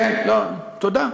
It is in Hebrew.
תודה.